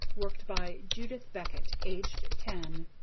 worked by judith beckett, aged ten,